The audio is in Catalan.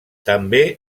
també